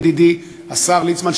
ידידי השר ליצמן,